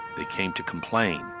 they came to complain,